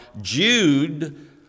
Jude